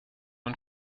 und